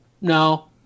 No